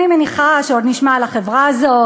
אני מניחה שעוד נשמע על החברה הזאת